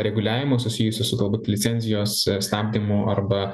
reguliavimus susijusius su galbūt licenzijos stabdymu arba